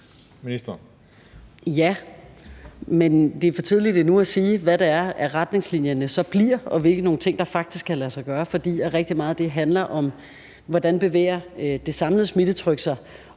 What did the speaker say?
Ja. Men det er for tidligt endnu at sige, hvad retningslinjerne så bliver, og hvilke nogle ting der faktisk kan lade sig gøre, for rigtig meget af det handler om, hvordan det samlede smittetryk